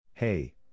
Hey